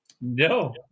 No